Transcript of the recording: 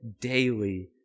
daily